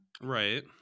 Right